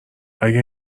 اگه